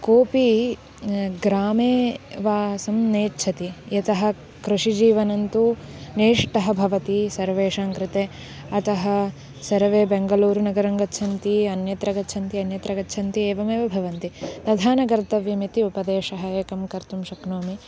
कोपि ग्रामे वासं नेच्छति यतः कृषिजीवनं तु नष्टः भवति सर्वेषां कृते अतः सर्वे बेङ्गलूरुनगरं गच्छन्ति अन्यत्र गच्छन्ति अन्यत्र गच्छन्ति एवमेव भवन्ति प्रधानं कर्तव्यम् इति उपदेशः एकं कर्तुं शक्नोमि